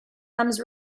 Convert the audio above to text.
comes